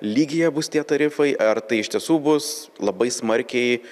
lygyje bus tie tarifai ar tai iš tiesų bus labai smarkiai